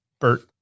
Bert